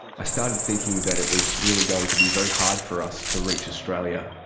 i started thinking that it was really going to be very hard for us to reach australia.